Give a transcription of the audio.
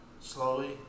slowly